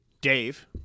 Dave